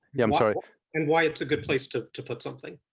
yeah so and why it's a good place to to put something?